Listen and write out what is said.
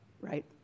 right